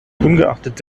ungeachtet